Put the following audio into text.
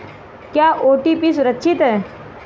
क्या ओ.टी.पी सुरक्षित है?